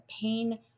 pain